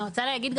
אני רוצה להגיד,